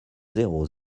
zéro